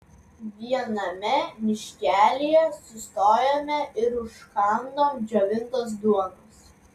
viename miškelyje sustojome ir užkandom džiovintos duonos